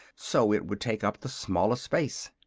so it would take up the smallest space.